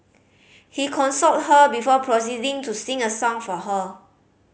he consoled her before proceeding to sing a song for her